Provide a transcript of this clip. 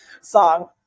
song